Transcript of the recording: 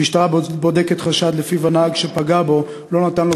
המשטרה בודקת חשד שלפיו הנהג שפגע בו לא נתן לו